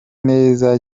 neza